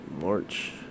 March